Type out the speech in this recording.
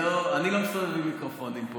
אני לא מסתובב עם מיקרופונים פה.